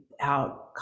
out